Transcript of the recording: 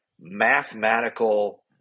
mathematical